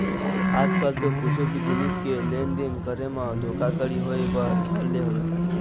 आज कल तो कुछु भी जिनिस के लेन देन करे म धोखा घड़ी होय बर धर ले हवय